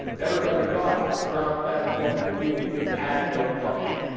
everybody thought that the brown fat in adult human beings had no function.